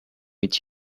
its